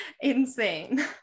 insane